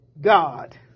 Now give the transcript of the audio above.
God